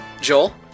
Joel